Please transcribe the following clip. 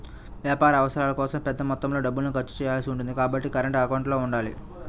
వ్యాపార అవసరాల కోసం పెద్ద మొత్తంలో డబ్బుల్ని ఖర్చు చేయాల్సి ఉంటుంది కాబట్టి కరెంట్ అకౌంట్లను వాడాలి